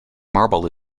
marble